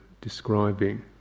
describing